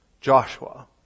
Joshua